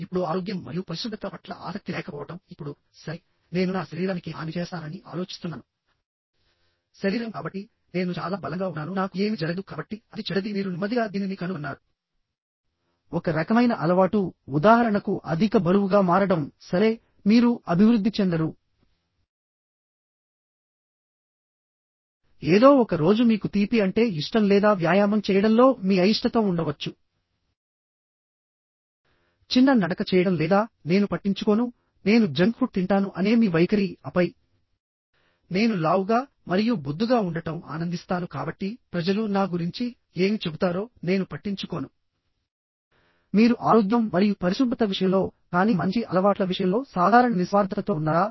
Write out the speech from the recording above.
ఇప్పుడు ఆరోగ్యం మరియు పరిశుభ్రత పట్ల ఆసక్తి లేకపోవడం ఇప్పుడు సరే నేను నా శరీరానికి హాని చేస్తానని ఆలోచిస్తున్నాను శరీరం కాబట్టి నేను చాలా బలంగా ఉన్నాను నాకు ఏమీ జరగదు కాబట్టి అది చెడ్డది మీరు నెమ్మదిగా దీనిని కనుగొన్నారు ఒక రకమైన అలవాటు ఉదాహరణకు అధిక బరువుగా మారడం సరే మీరు అభివృద్ధి చెందరు ఏదో ఒక రోజు మీకు తీపి అంటే ఇష్టం లేదా వ్యాయామం చేయడంలో మీ అయిష్టత ఉండవచ్చు చిన్న నడక చేయడం లేదా నేను పట్టించుకోను నేను జంక్ ఫుడ్ తింటాను అనే మీ వైఖరి ఆపై నేను లావుగా మరియు బొద్దుగా ఉండటం ఆనందిస్తాను కాబట్టి ప్రజలు నా గురించి ఏమి చెబుతారో నేను పట్టించుకోను మీరు ఆరోగ్యం మరియు పరిశుభ్రత విషయంలో కానీ మంచి అలవాట్ల విషయంలో సాధారణ నిస్వార్థతతో ఉన్నారా